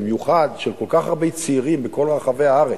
במיוחד של כל כך הרבה צעירים בכל רחבי הארץ,